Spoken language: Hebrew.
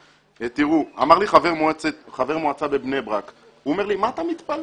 תראו, אמר לי חבר מועצה בבני ברק, מה אתה מתפלא?